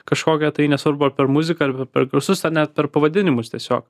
kažkokią tai nesvarbu ar per muziką ar per garsus ar net per pavadinimus tiesiog